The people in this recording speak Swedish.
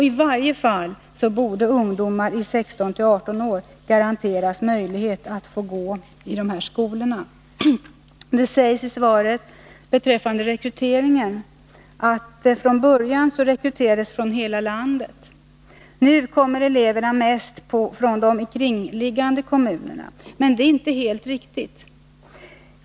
I varje fall borde ungdomar i åldern 16-18 år garanteras möjlighet att gå i dessa skolor. Det sägs i svaret beträffande rekryteringen att eleverna från början rekryterades från hela landet och att de nu kommer mest från de kringliggande kommunerna. Det är inte helt riktigt.